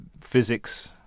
physics